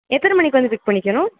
எத்தனை மணிக்கு வந்து பிக் பண்ணிக்கணும்